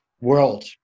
world